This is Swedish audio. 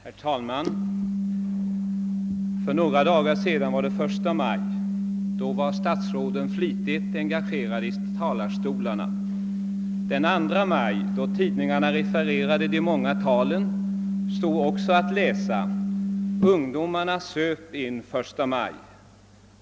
Herr talman! Jag tackar finansministern för svaret på min fråga. För några dagar sedan var det första maj. Då var statsråden flitigt i elden i talarstolarna. Dagen därpå, då tidningarna refererade de många talen, stod det att läsa att ungdomarna söp in första maj.